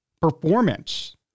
performance